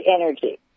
energy